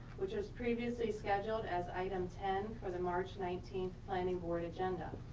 which was previously scheduled as item ten for the march nineteenth planning board agenda.